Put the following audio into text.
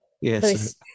Yes